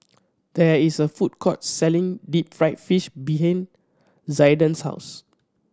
there is a food court selling deep fried fish behind Zaiden's house